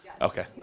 Okay